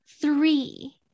three